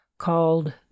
called